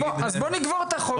בואו נקבור את החוק וזהו.